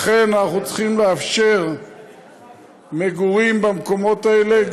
לכן אנחנו צריכים לאפשר מגורים במקומות האלה,